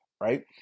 right